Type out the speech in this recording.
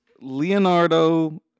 Leonardo